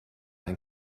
ein